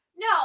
No